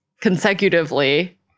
consecutively